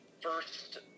first